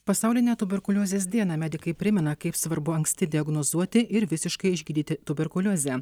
pasaulinę tuberkuliozės dieną medikai primena kaip svarbu anksti diagnozuoti ir visiškai išgydyti tuberkuliozę